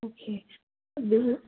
okay ꯑꯗꯨ